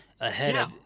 ahead